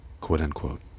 quote-unquote